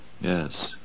Yes